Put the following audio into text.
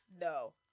No